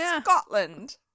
Scotland